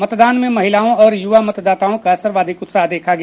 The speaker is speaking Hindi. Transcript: मतदान में महिलाओं और युवा मतदाताओं का सर्वाधिक उत्साह देखा गया